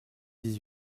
dix